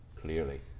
clearly